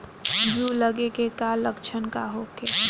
जूं लगे के का लक्षण का होखे?